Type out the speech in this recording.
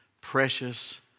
Precious